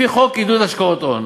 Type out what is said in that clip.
לפי חוק עידוד השקעות הון,